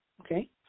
okay